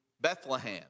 Bethlehem